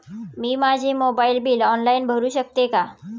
मी माझे mobile bill online भरू शकते का?